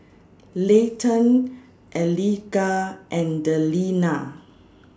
Leighton Eliga and Delina